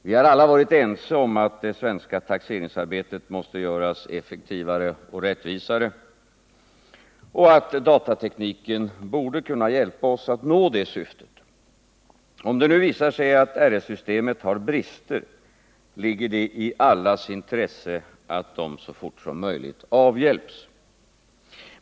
Vi har alla varit ense om att taxeringsarbetet i Sverige måste göras effektivare och rättvisare samt att datatekniken borde kunna hjälpa oss att nå det resultatet. Om det nu visar sig att RS-systemet har brister ligger det i allas intresse att dessa så fort som möjligt avhjälps.